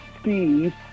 Steve